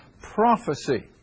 Prophecy